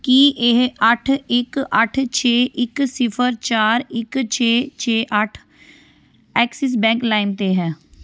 ਕੀ ਇਹ ਅੱਠ ਇੱਕ ਅੱਠ ਛੇ ਇੱਕ ਸਿਫਰ ਚਾਰ ਇੱਕ ਛੇ ਛੇ ਅੱਠ ਐਕਸਿਸ ਬੈਂਕ ਲਾਇਮ 'ਤੇ ਹੈ